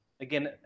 again